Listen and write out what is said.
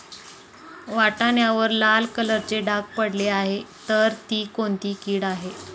वाटाण्यावर लाल कलरचे डाग पडले आहे तर ती कोणती कीड आहे?